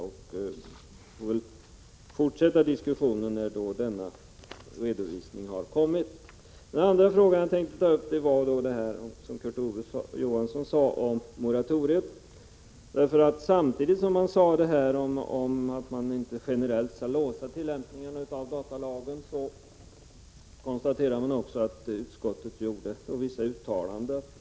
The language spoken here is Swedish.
Vi får fortsätta denna diskussion när denna redovisning har kommit. Den andra frågan som jag tänkte ta upp gäller det som Kurt Ove Johansson sade om moratoriet. Samtidigt som han sade att man generellt inte skall låsa tillämpningen av datalagen konstaterar man att utskottet gjorde vissa uttalanden.